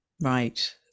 Right